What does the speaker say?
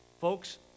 Folks